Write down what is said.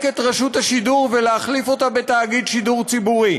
את רשות השידור ולהחליף אותה בתאגיד שידור ציבורי.